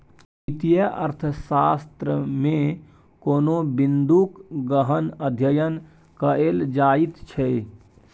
वित्तीय अर्थशास्त्रमे कोनो बिंदूक गहन अध्ययन कएल जाइत छै